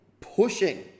pushing